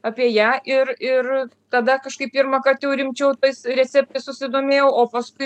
apie ją ir ir kada kažkaip pirmąkart jau rimčiau tais receptais susidomėjau o paskui